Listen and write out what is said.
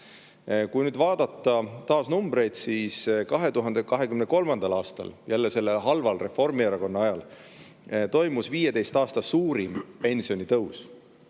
nüüd vaadata taas numbreid, siis 2023. aastal, jälle sellele halval Reformierakonna ajal, toimus 15 aasta suurim pensionitõus.